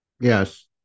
Yes